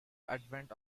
advent